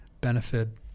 benefit